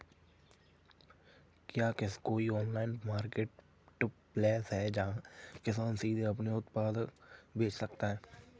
क्या कोई online marketplace है जहाँ किसान सीधे अपने उत्पाद बेच सकते हैं?